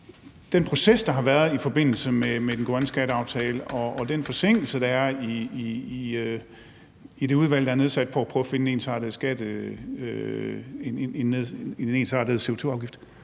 den proces, der har været i forbindelse med den grønne skatteaftale og den forsinkelse, der er i det udvalg, der er nedsat for at prøve at finde en ensartet CO2-afgift,